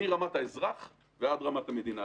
מרמת האזרח ועד רמת המדינה.